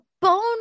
bone